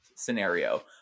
scenario